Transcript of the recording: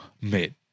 mid